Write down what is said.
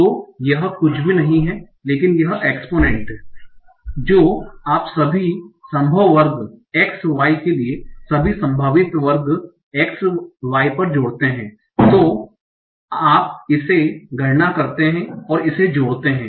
तो यह कुछ भी नहीं है लेकिन यह एक्स्पोनेंट है जो आप सभी संभव वर्ग x y के लिए सभी संभावित वर्ग x y पर जोड़ते हैं जो आप इसे गणना करते हैं और इसे जोड़ते हैं